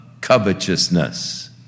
covetousness